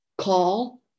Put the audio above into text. call